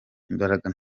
imbaraga